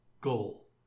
goal